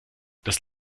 das